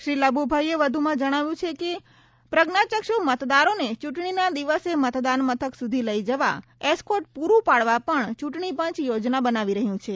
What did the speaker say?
શ્રી લાભ્રભાઈએ વ્ધમાં જણાવ્યું છે કે પ્રજ્ઞાચક્ષ મતદારોને ચૂંટણીના દિવસે મતદાન મથક સુધી લઇ જવા એસકોર્ટ પુરૂં પાડવા પણ ચૂંટણીપંચ યોજના બનાવી રહ્યું છે